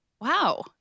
Wow